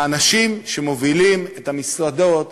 האנשים שמובילים את המסעדות,